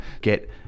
get